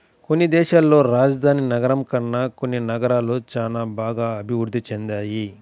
కొన్ని దేశాల్లో రాజధాని నగరం కన్నా కొన్ని నగరాలు చానా బాగా అభిరుద్ధి చెందాయి